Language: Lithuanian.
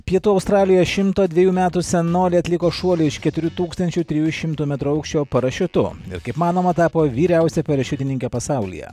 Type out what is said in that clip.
pietų australijoje šimto dvejų metų senolė atliko šuolį iš keturių tūkstančių trijų šimtų metrų aukščio parašiutu ir kaip manoma tapo vyriausia parašiutininke pasaulyje